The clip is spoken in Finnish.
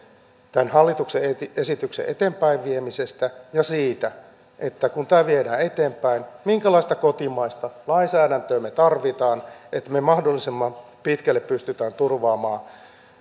tämän hallituksen esityksen eteenpäinviemisestä ja siitä että kun tämä viedään eteenpäin niin minkälaista kotimaista lainsäädäntöä me tarvitsemme että me mahdollisimman pitkälle pystymme turvaamaan